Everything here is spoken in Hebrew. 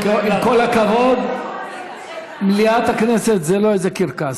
עם כל הכבוד, מליאת הכנסת זה לא איזה קרקס.